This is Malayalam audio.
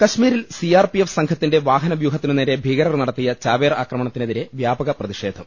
കശ്മീരിൽ സി ആർ പി എഫ് സംഘത്തിന്റെ വാഹന വ്യൂഹത്തിനുനേരെ ഭീകരർ നടത്തിയ ചാവേർ ആക്രമണത്തിനെതിരെ വ്യാപക പ്രതിഷേധം